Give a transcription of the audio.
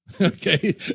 okay